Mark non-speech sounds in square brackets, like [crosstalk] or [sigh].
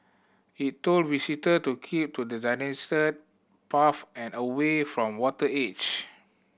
it told visitor to keep to [unintelligible] path and away from water edge